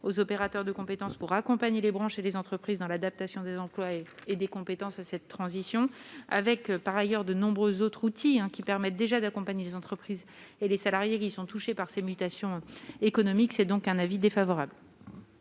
aux opérateurs de compétences pour accompagner les branches et les entreprises dans l'adaptation des emplois et des compétences à cette transition avec par ailleurs de nombreuses autres outils qui permettent déjà d'accompagner les entreprises et les salariés qui sont touchés par ces mutations économiques, c'est donc un avis défavorable.